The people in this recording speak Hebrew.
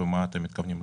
מה אתם מתכוונים לעשות?